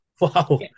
Wow